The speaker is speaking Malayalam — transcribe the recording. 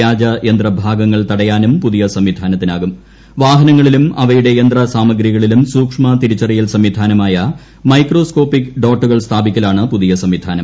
വ്യാജ യന്ത്രഭാഗങ്ങൾ തടയാനും പുതിയ സംവിധാനത്തിനാക്കും പ്രവാഹനങ്ങളിലും അവയുടെ യന്ത്രസാമഗ്രികളിലും സൂക്ഷ്മ തിരിച്ചറിയൽ സംവിധാനമായ മൈക്രോസ്കോപ്പിക് ഡോട്ടുകൾ സ്ഥാപിക്കലാണ് പുതിയ സംവിധാനം